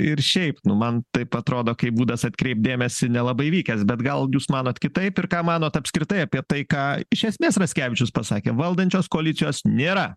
ir šiaip nu man taip atrodo kaip būdas atkreipt dėmesį nelabai vykęs bet gal jūs manot kitaip ir ką manot apskritai apie tai ką iš esmės raskevičius pasakė valdančios koalicijos nėra